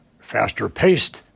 faster-paced